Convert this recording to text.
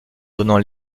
donnant